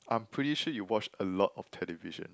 I'm pretty sure you watch a lot of television